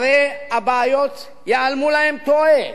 הבעיות ייעלמו להן, טועה.